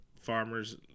farmers